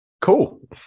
Cool